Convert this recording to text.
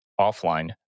offline